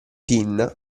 pin